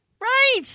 Right